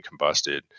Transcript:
combusted